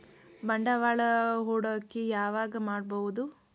ಬಂಡವಾಳ ಹೂಡಕಿ ಯಾವಾಗ್ ಮಾಡ್ಬಹುದು?